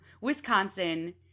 Wisconsin